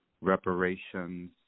reparations